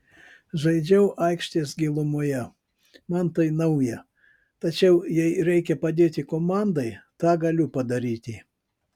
žaidžiau aikštės gilumoje man tai nauja tačiau jei reikia padėti komandai tą galiu padaryti